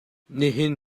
nihin